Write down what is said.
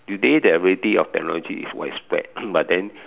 today the availability of technology is widespread but then